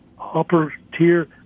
upper-tier